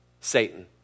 Satan